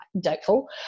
Doubtful